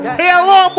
hello